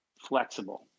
flexible